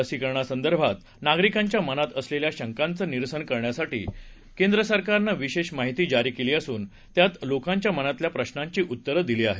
लसीकरणासंदर्भात नागरिकांच्या मनात असलेल्या शंकांचं निरसन करण्यासाठी केंद्रसरकारनं विशेष माहिती जारी केली असून त्यात लोकांच्या मनातल्या प्रशांची उत्तरं दिली आहेत